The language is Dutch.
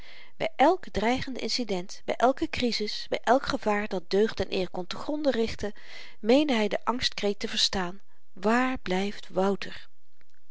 by elk dreigend incident by elke krisis by elk gevaar dat deugd en eer kon te gronde richten meende hy den angstkreet te verstaan waar blyft wouter